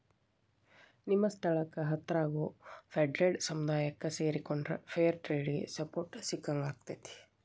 ನಿಮ್ಮ ಸ್ಥಳಕ್ಕ ಹತ್ರಾಗೋ ಫೇರ್ಟ್ರೇಡ್ ಸಮುದಾಯಕ್ಕ ಸೇರಿಕೊಂಡ್ರ ಫೇರ್ ಟ್ರೇಡಿಗೆ ಸಪೋರ್ಟ್ ಸಿಕ್ಕಂಗಾಕ್ಕೆತಿ